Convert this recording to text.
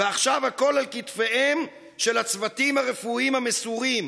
ועכשיו הכול על כתפיהם של הצוותים הרפואיים המסורים,